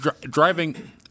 driving